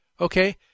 Okay